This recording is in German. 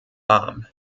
warm